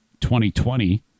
2020